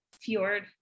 fjord